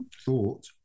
thought